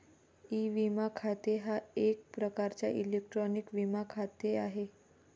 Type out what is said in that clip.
E विमा खाते हा एक प्रकारचा इलेक्ट्रॉनिक विमा खाते आहे